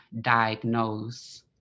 diagnose